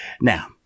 Now